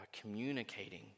communicating